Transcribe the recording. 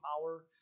power